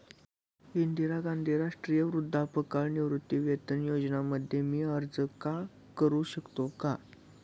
इंदिरा गांधी राष्ट्रीय वृद्धापकाळ निवृत्तीवेतन योजना मध्ये मी अर्ज का करू शकतो का?